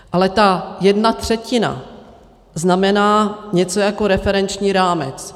Ale ta jedna třetina znamená něco jako referenční rámec.